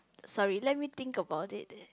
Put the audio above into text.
sorry let me think about it